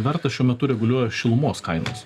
vertas šiuo metu reguliuoja šilumos kainas